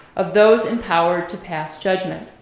of those in power to pass judgment.